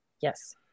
Yes